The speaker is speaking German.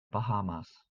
bahamas